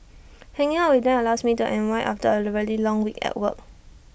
hanging out with them allows me to unwind after A really long week at work